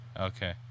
Okay